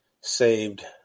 saved